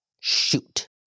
shoot